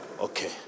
Okay